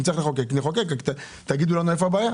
אם צריך לחוקק, נחוקק אבל תגידו לנו היכן הבעיה.